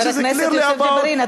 חבר הכנסת יוסף ג'בארין,